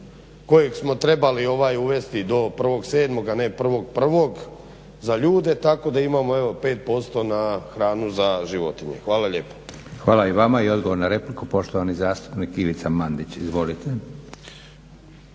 kojeg smo trebali ovaj uvesti do 1.7. a ne 1.1. za ljude tako da imamo 5% na hranu za životinje. Hvala lijepo. **Leko, Josip (SDP)** Hvala i vama i odgovor na repliku poštovani zastupnik Ivica Mandić. Izvolite.